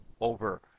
over